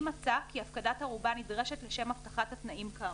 אם מצא כי הפקדת ערובה נדרשת לשם הבטחת התנאים כאמור"